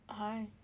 hi